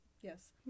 Yes